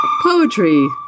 Poetry